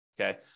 okay